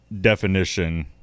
definition